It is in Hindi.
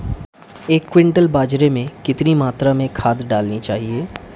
एक क्विंटल बाजरे में कितनी मात्रा में खाद डालनी चाहिए?